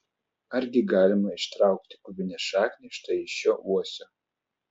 argi galima ištraukti kubinę šaknį štai iš šio uosio